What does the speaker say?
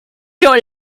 your